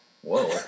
whoa